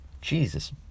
Jesus